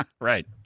Right